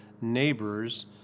neighbors